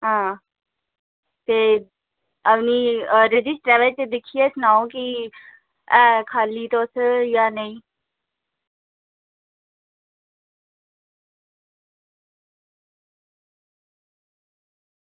आं ते रजिस्टरै बिच दिक्खियै सनाओ की खाल्ली तुस जां नेईं